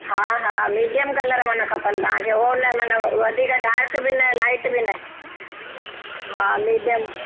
हा हा medium colour खपन मन तांखे उनमें मन वधीक डार्क बि न लाइट बि न हा मिडीअम